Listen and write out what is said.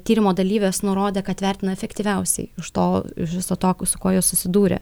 tyrimo dalyvės nurodė kad vertina efektyviausiai iš to iš viso to su kuo jos susidūrė